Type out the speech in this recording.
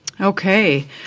Okay